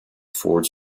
ford